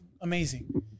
amazing